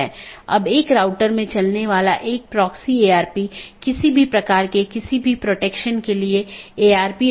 1 open message दो सहकर्मी nodes के बीच एक BGP सत्र स्थापित करता है